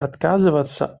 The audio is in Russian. отказываться